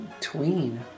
tween